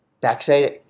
backside